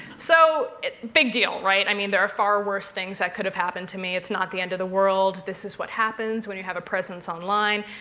so, big deal, right? i mean there are far worse things that could have happened to me. it's not the end of the world. this is what happens when you have a presence online.